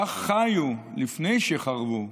כך חיו, לפני שחרבו,